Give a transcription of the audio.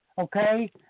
Okay